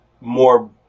more